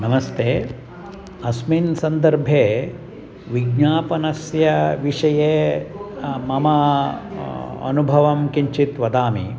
नमस्ते अस्मिन् सन्दर्भे विज्ञापनस्य विषये मम अनुभवं किञ्चित् वदामि